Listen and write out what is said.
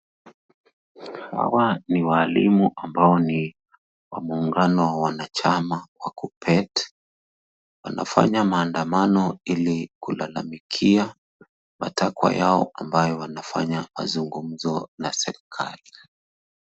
Hawa ni walimu ambao ni wa muungano wanachama wa KUPPET, wanafanya maandamano ili kulalamikia matakwa yao ambayo wanafanya mazungumzo na serikali.